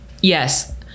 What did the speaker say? yes